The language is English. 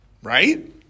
Right